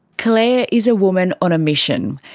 claire is a woman on a mission.